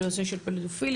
בנושא של פדופיליה,